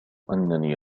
أنني